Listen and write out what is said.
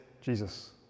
Jesus